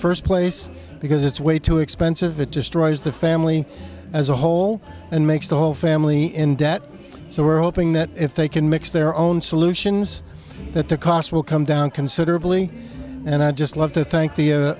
first place because it's way too expensive it destroys the family as a whole and makes the whole family in debt so we're hoping that if they can mix their own solutions that the cost will come down considerably and i just love to thank the